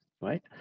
right